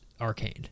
Arcane